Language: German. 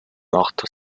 machte